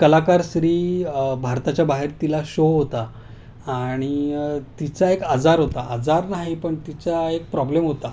कलाकार स्री भारताच्या बाहेर तिला शो होता आणि तिचा एक आजार होता आजार नाही पण तिच्या एक प्रॉब्लेम होता